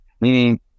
Meaning